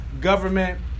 government